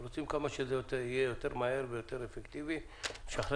אנחנו רוצים שזה יהיה כמה שיותר מהר ויותר אפקטיבי ולשחרר